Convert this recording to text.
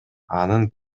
анын